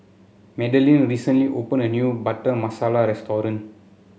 Madeleine recently opened a new Butter Masala restaurant